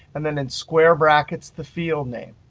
and then in square brackets, the field name.